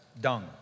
dung